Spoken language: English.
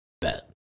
bet